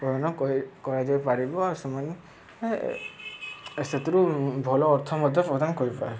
ପ୍ରଦାନ କରାଯାଇ ପାରିବ ଆଉ ସେମାନେ ସେଥିରୁ ଭଲ ଅର୍ଥ ମଧ୍ୟ ପ୍ରଦାନ କରିପାରିବେ